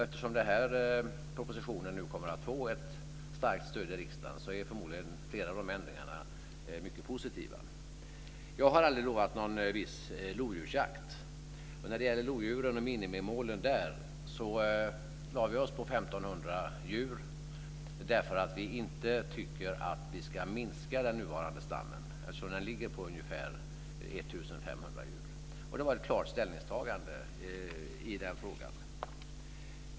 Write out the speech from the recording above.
Eftersom propositionen nu kommer att få ett starkt stöd i riksdagen är förmodligen flera av ändringarna mycket positiva. Jag har aldrig lovat någon viss lodjursjakt. När det gäller lodjuren och minimimålen lade vi oss på 1 500 djur därför att vi inte tycker att vi ska minska den nuvarande stammen. Den ligger på ungefär 1 500 djur. Det var ett klart ställningstagande i den frågan.